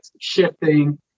shifting